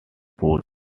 code